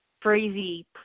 crazy